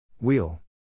Wheel